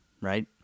right